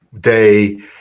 day